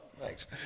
Thanks